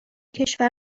کشور